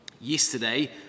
yesterday